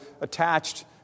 attached